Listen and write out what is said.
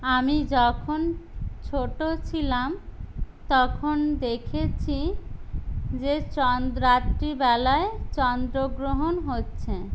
আমি যখন ছোটো ছিলাম তখন দেখেছি যে চন রাত্রিবেলায় চন্দ্রগ্রহণ হচ্ছে